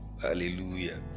Hallelujah